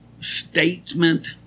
statement